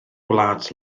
gwlad